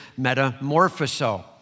metamorphoso